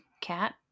cat